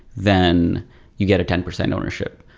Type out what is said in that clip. then you get a ten percent ownership.